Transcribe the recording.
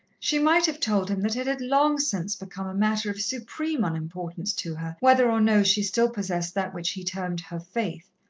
she might have told him that it had long since become a matter of supreme unimportance to her whether or no she still possessed that which he termed her faith.